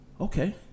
okay